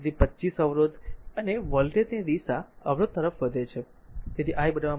તેથી 25 અવરોધ અને વોલ્ટેજ ની દિશા અવરોધ તરફ વધે છે